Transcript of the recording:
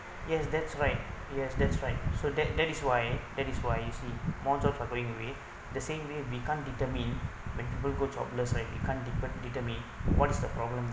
yes that's right yes that's right so that that is why that is why you see more job are going away the same way we can't determine when people go jobless right you can't de~ determine what is the problem